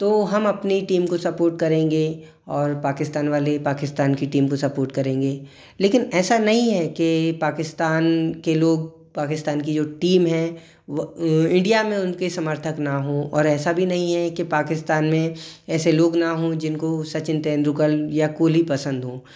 तो हम अपनी टीम को सपोर्ट करेंगे और पाकिस्तान वाले पाकिस्तान की टीम को सपोर्ट करेंगे लेकिन ऐसा नहीं है कि पाकिस्तान के लोग पाकिस्तान की जो टीम है वो इंडिया में उनके समर्थक ना हों और ऐसा भी नहीं है कि पाकिस्तान में ऐसे लोग ना हों जिनको सचिन तेंदुलकर या कोहली पसंद हों